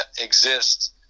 exist